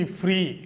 free